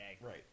Right